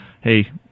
hey